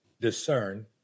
discern